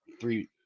three